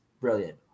brilliant